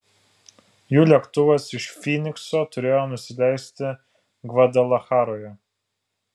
jų lėktuvas iš fynikso turėjo nusileisti gvadalacharoje